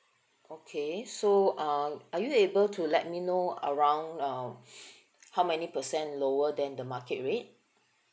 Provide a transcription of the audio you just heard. okay so um are you able to let me know around um how many percent lower than the market rate